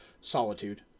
solitude